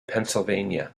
pennsylvania